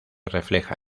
refleja